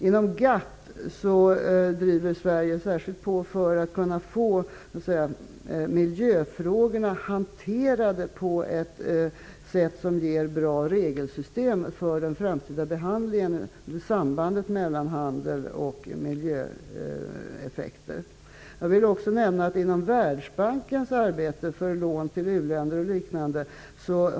Inom GATT driver Sverige på särskilt för att få miljöfrågorna hanterade på ett sådant sätt som ger bra regelsystem för den framtida behandligen av sambandet mellan handel och miljöeffekter. Jag vill också nämna att inom ramen för Världsbankens arbete för lån till u-länder o.dyl.